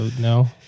No